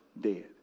dead